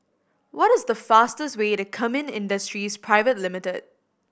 what is the fastest way to Kemin Industries Limited